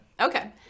Okay